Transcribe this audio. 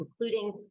including